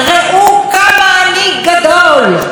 ראו מה אני עשיתי,